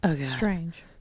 strange